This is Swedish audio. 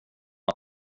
att